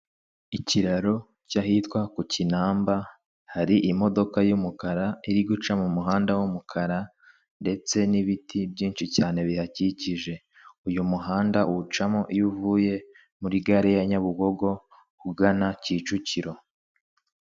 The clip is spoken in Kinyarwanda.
Ikiraro cy'ahitwa ku Kinamba, hari imodoka y'umukara, iri guca mu muhanda w'umukara, ndetse n'ibiti byinshi cyane, bihakikije. Uyu muhanda uwucamo iyo uvuye muri gare ya Nyabugogo, ugana Kicukiro.